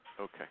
Okay